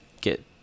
get